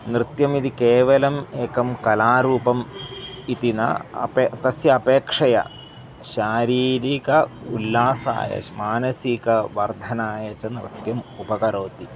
नृत्यम् इति केवलम् एकं कलारूपम् इति न अपि तस्य अपेक्षया शारीरिकम् उल्लासाय मानसिकवर्धनाय च नृत्यम् उपकरोति